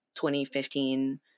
2015